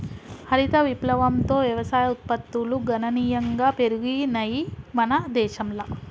హరిత విప్లవంతో వ్యవసాయ ఉత్పత్తులు గణనీయంగా పెరిగినయ్ మన దేశంల